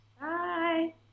Bye